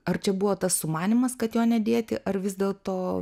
ar čia buvo tas sumanymas kad jo nedėti ar vis dėl to